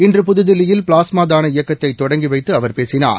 இன்று புதுதில்லியில் ப்ளாஸ்மா தான இயக்கத்தை தொடங்கி வைத்து அவர் பேசினார்